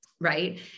Right